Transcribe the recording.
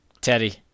Teddy